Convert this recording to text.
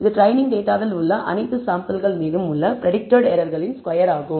இது ட்ரெய்னிங் டேட்டாவில் உள்ள அனைத்து சாம்பிள்கள் மீதும் உள்ள பிரடிக்டட் எரர் களின் ஸ்கொயர் ஆகும்